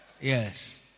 yes